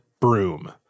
broom